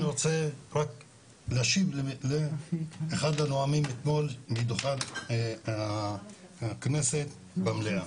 אני רוצה להשיב לאחד הנואמים אתמול מדוכן הכנסת במליאה.